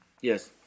Yes